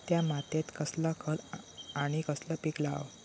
त्या मात्येत कसला खत आणि कसला पीक लाव?